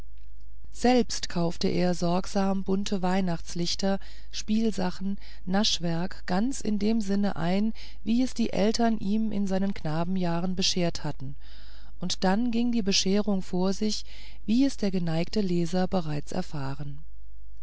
selbst kaufte er sorgsam bunte weihnachtslichter spielsachen naschwerk ganz in dem sinn ein wie es die eltern ihm in seinen knabenjahren beschert hatten und dann ging die bescherung vor sich wie es der geneigte leser bereits erfahren